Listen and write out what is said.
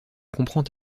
comprends